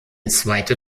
zweite